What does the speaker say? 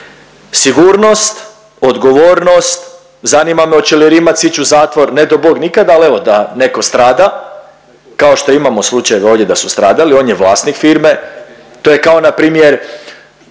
Sigurnost, odgovornost, zanima me hoće li Rimac ić u zatvor, ne do Bog nikad al evo da netko strada kao što imamo slučajeve ovdje da su stradali, on je vlasnik firme. To je kao npr.